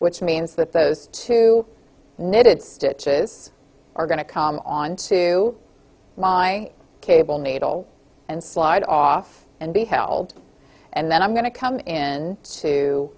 which means that those two knitted stitches are going to come onto my cable needle and slide off and be held and then i'm going to come in to